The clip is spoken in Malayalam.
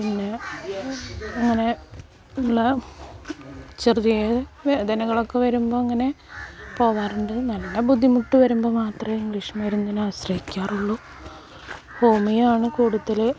പിന്നെ ഇങ്ങനെ ഉള്ള ചെറിയ വേദനകളൊക്കെ വരുമ്പോൾ ഇങ്ങനെ പോകാറുണ്ട് നല്ല ബുദ്ധിമുട്ട് വരുമ്പോൾ മാത്രമേ ഇംഗ്ളീഷ് മരുന്നിനെ ആശ്രയിക്കാറുള്ളൂ ഹോമിയോ ആണ് കൂടുതൽ